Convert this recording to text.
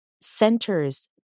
centers